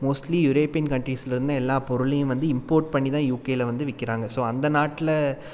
mostly European கண்ட்ரீஸ்லேருந்து எல்லா பொருளையும் வந்து இம்போர்ட் பண்ணிதான் யூகேல வந்து விற்கிறாங்க ஸோ அந்த நாட்டில